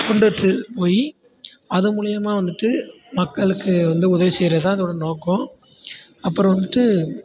கொண்டுட்டு போய் அதன் மூலியமாக வந்துட்டு மக்களுக்கு வந்து உதவி செய்யுறதான் அதோட நோக்கம் அப்புறம் வந்துட்டு